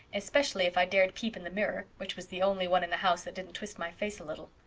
especially if i dared peep in the mirror, which was the only one in the house that didn't twist my face a little.